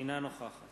אינה נוכחת